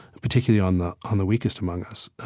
particularly on the on the weakest among us,